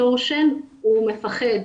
בסקסטורשן הוא מפחד,